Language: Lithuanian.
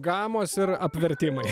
gamos ir apvertimai